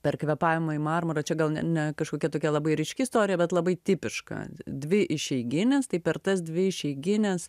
per kvėpavimą į marmurą čia gal ne ne kažkokia tokia labai ryški istorija bet labai tipiška dvi išeiginės tai per tas dvi išeigines